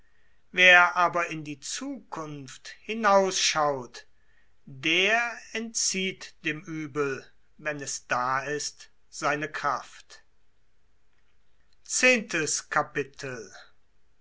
wer in die zukunft hinausschaut der entzieht dem uebel wenn es da ist seine kraft